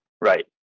Right